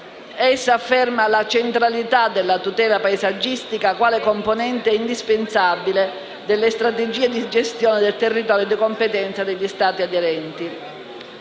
Essa afferma la centralità della tutela paesaggistica quale componente indispensabile delle strategie di gestione del territorio di competenza degli Stati aderenti.